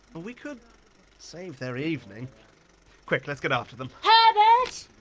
we could save their evening quick, let's get after them! herbert!